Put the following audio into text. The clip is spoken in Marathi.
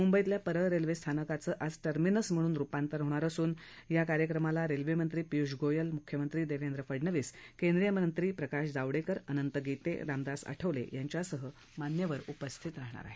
मुंबईतल्या परळ रेल्वे स्थानकाचं आज टर्मिनस म्हणून रुपांतर होणार असून या कार्यक्रमाला रेल्वेमंत्री पियुष गोयल मुख्यमत्री देवेंद्र फडणवीस केंद्रीय मंत्री प्रकाश जावडेकर अनंत गीते रामदास आठवले यांच्यासह मान्यवर उपस्थित राहणार आहेत